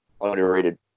underrated